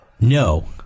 no